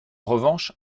revanche